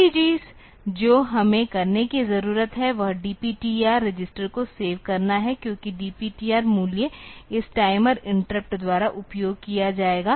पहली चीज जो हमें करने की ज़रूरत है वह DPTR रजिस्टर को सेव करना है क्योंकि DPTR मूल्य इस टाइमर इंटरप्ट द्वारा उपयोग किया जाएगा